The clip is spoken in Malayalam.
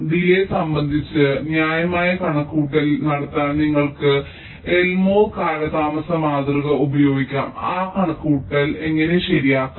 ഡിലേയ് സംബന്ധിച്ച് ന്യായമായ കണക്കുകൂട്ടൽ നടത്താൻ നിങ്ങൾക്ക് എൽമോർ കാലതാമസം മാതൃക ഉപയോഗിക്കാം ആ കണക്കുകൂട്ടൽ എങ്ങനെ ശരിയാക്കാം